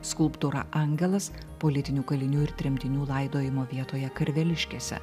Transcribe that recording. skulptūra angelas politinių kalinių ir tremtinių laidojimo vietoje karveliškėse